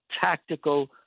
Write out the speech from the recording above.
tactical